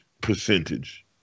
percentage